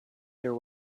there